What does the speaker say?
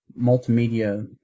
multimedia